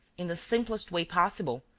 in the simplest way possible,